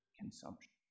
consumption